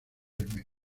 menor